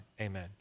Amen